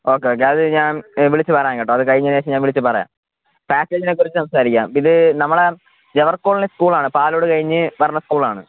okay okay അത് ഞാൻ വിളിച്ചു പറയാം കേട്ടോ അതുകഴിഞ്ഞതിനു ശേഷം ഞാൻ വിളിച്ചു പറയാം പാക്കേജിനെക്കുറിച്ചു സംസാരിക്കാം ഇത് നമ്മുടെ ജവഹർ കോളനി സ്കൂളാണ് പാലോട് കഴിഞ്ഞു വരുന്ന സ്കൂളാണ്